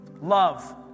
Love